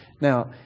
Now